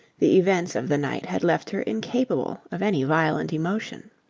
the events of the night had left her incapable of any violent emotion.